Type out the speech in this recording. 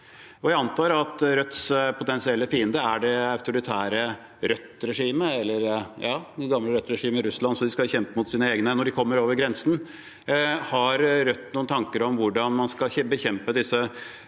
Jeg antar at Rødts potensielle fiende er det autoritære, gamle «Rødt-regimet» Russland, så de skal kjempe mot sine egne når de kommer over grensen. Har Rødt noen tanker om hvordan man skal bekjempe disse